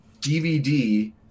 DVD